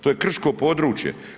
To je krško područje.